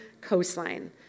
coastline